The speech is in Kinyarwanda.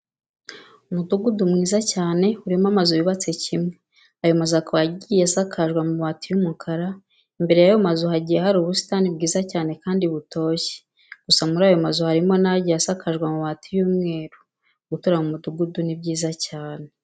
Umudugudu mwiza cyane urimo amazu yubatse kimwe, ayo mazu akaba agiye asakajwe amabati y'umukara, imbere y'ayo mazu hagiye hari ubusitani bwiza cyane kandi butoshye, gusa muri ayo mazu harimo n'agiye asakajwe amabati y'umweru. Gutura mu mudugudu ni byiza cyane.